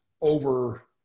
over